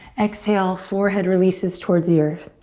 exhale, forehead releases towards the earth.